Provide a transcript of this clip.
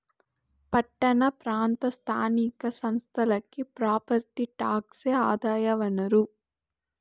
పట్టణ ప్రాంత స్థానిక సంస్థలకి ప్రాపర్టీ టాక్సే ఆదాయ వనరు